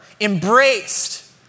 embraced